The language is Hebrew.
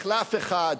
לבנות מחלף אחד,